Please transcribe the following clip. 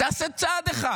תעשה צעד אחד.